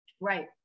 Right